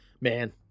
Man